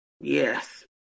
Yes